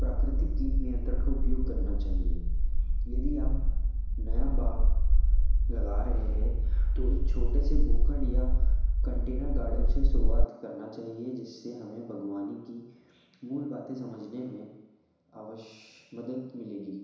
प्राकृतिक कीट नियंत्रण का उपयोग करना चाहिए यदि आप नया बाग़ लगा रहे है तो एक छोटे से भूखण्ड या कंटेनर गार्डन से शुरुआत करना चाहिए जिससे हमें बाग़बानी की मूल बातें समझने में अवश्य मदद मिलेगी